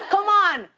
um on.